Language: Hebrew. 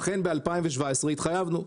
אכן ב-2017 התחייבנו.